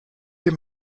dem